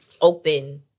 open